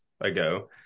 ago